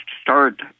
start